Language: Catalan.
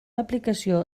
aplicació